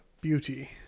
Beauty